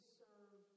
serve